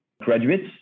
graduates